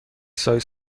سایز